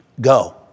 Go